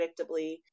predictably